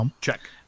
check